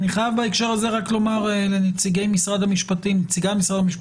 אני חייב בהקשר הזה רק לומר לנציגי משרד משפטים ונציגת